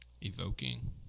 evoking